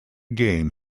game